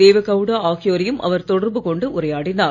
தேவகவுடா ஆகியோரையும் அவர் தொடர்பு கொண்டு உரையாடினார்